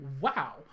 Wow